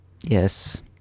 Yes